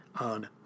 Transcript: on